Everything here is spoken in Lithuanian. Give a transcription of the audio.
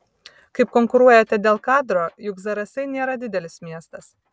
kaip konkuruojate dėl kadro juk zarasai nėra didelis miestas